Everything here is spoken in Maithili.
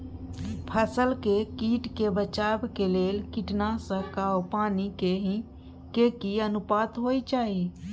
फसल के कीट से बचाव के लेल कीटनासक आ पानी के की अनुपात होय चाही?